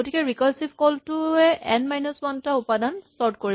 গতিকে recursive call টোৱে n minus one টা উপাদান চৰ্ট কৰিব